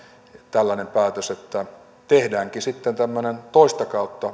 tällainen päätös että tehdäänkin sitten tämmöinen toista kautta